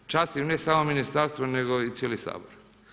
Častim ne samo ministarstvo, nego i cijeli Sabor.